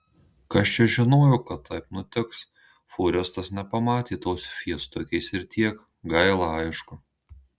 kas čia žinojo kad taip nutiks fūristas nepamatė tos fiestukės ir tiek gaila aišku